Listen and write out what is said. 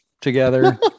together